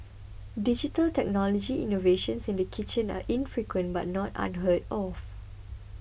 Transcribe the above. digital technology innovations in the kitchen are infrequent but not unheard of